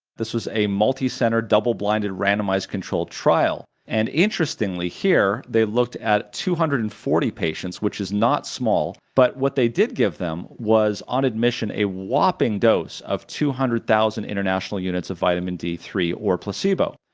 this was a multi-center, double-blinded, randomized control trial and interestingly here, they looked at two hundred and forty patients, which is not small, but what they did give them was on admission a whopping dose of two hundred thousand international units of vitamin d three or placebo,